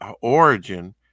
origin